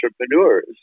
entrepreneurs